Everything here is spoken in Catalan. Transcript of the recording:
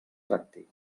tracti